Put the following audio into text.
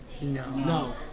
No